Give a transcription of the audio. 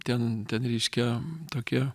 ten ten reiškia tokia